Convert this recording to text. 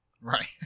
right